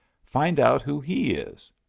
find out who he is.